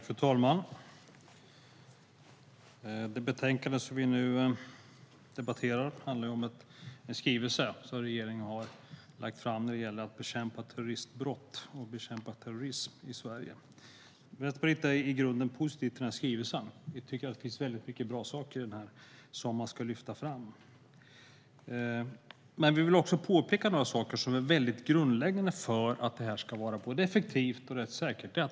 Fru talman! Det betänkande som vi nu debatterar behandlar en skrivelse från regeringen som handlar om att bekämpa terroristbrott och bekämpa terrorism i Sverige. Vänsterpartiet är i grunden positivt till skrivelsen. Vi tycker att det finns väldigt många bra saker i den som man ska lyfta fram. Men jag vill också påpeka några saker som är väldigt grundläggande för att detta ska vara både effektivt och rättssäkert.